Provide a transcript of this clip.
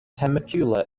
temecula